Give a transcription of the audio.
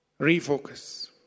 refocus